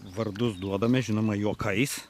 vardus duodame žinoma juokais